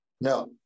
No